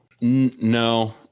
No